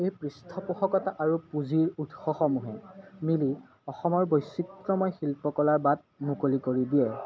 এই পৃষ্ঠপোষকতা আৰু পুঁজিৰ উৎসসমূহে মিলি অসমৰ বৈচিত্ৰময় শিল্পকলাৰ বাট মুকলি কৰি দিয়ে